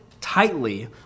tightly